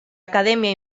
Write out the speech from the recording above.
academia